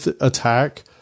attack